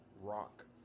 rock